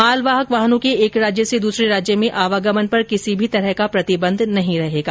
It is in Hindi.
मालवाहक वाहनों के एक राज्य से दूसरे राज्य में आवागमन पर किसी भी तरह का प्रतिबंध नहीं रहेगा